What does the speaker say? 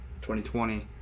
2020